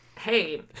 Hey